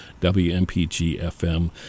WMPG-FM